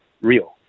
real